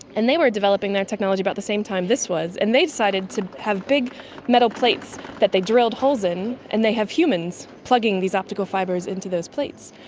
and they were developing their technology about the same time this was, and they decided to have big metal plates that they drilled holes in, and they have humans plugging these optical fibres into those plates,